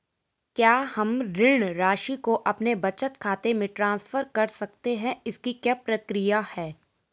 क्या हम ऋण राशि को अपने बचत खाते में ट्रांसफर कर सकते हैं इसकी क्या प्रक्रिया है?